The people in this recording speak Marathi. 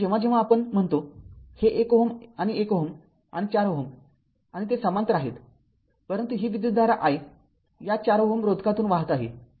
म्हणून जेव्हा जेव्हा आपण म्हणतो हे १ Ω आणि १ Ω आणि ४ Ω आणि ते समांतर आहेत परंतु ही विद्युतधारा I या ४ Ω रोधकातून वाहत आहे